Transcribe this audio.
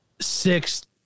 six